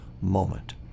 moment